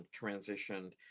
transitioned